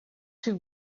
too